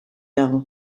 dago